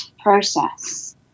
process